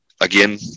again